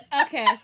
Okay